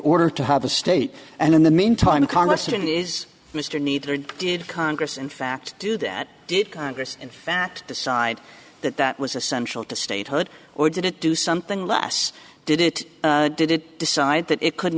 order to have a state and in the meantime congressman is mr needed did congress in fact do that did congress in fact decide that that was essential to statehood or did it do something last did it did it decide that it could